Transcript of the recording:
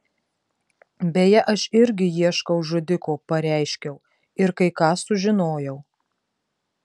beje aš irgi ieškau žudiko pareiškiau ir kai ką sužinojau